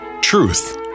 Truth